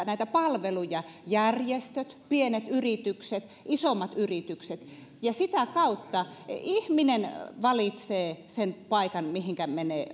näitä palveluja tarjoamassa järjestöt pienet yritykset isommat yritykset ja sitä kautta ihminen valitsee sen paikan mihinkä menee